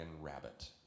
Rabbit